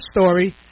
story